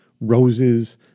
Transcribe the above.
roses